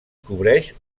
cobreix